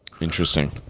Interesting